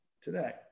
today